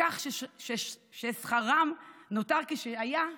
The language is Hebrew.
בכך ששכרם נותר כשהיה,